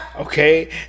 okay